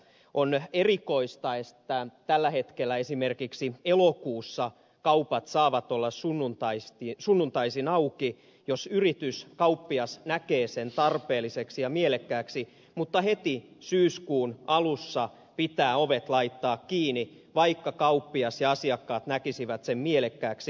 on erikoista että tällä hetkellä esimerkiksi elokuussa kaupat saavat olla sunnuntaisin auki jos yritys kauppias näkee sen tarpeelliseksi ja mielekkääksi mutta heti syyskuun alussa pitää ovet laittaa kiinni vaikka kauppias ja asiakkaat näkisivät sen mielekkääksi